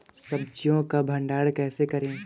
सब्जियों का भंडारण कैसे करें?